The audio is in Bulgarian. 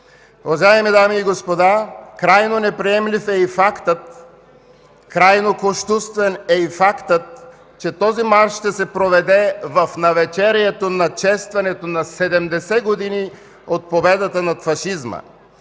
Уважаеми дами и господа, крайно неприемлив, крайно кощунствен е и фактът, че този марш ще се проведе в навечерието на честването на 70 години от победата над фашизма.